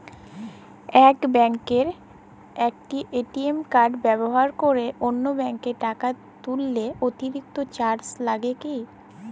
এক ব্যাঙ্কের ATM card ব্যবহার করে অন্য ব্যঙ্কে টাকা তুললে অতিরিক্ত চার্জ লাগে কি?